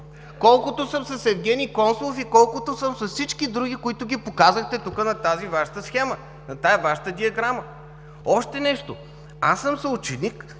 колкото съм с Евгени Консулов и колкото съм с всички други, които ги показахте на Вашата схема, на тази Ваша диаграма. Още нещо, аз съм съученик